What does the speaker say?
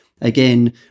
again